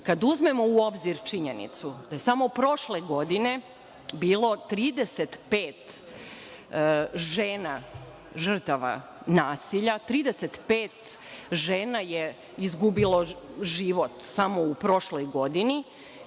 uzmemo u obzir činjenicu da je samo prošle godine bilo 35 žena žrtava nasilja, 35 žena je izgubilo život samo u prošloj godini